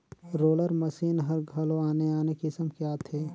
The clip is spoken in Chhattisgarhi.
रोलर मसीन हर घलो आने आने किसम के आथे